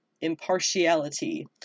impartiality